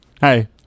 Hey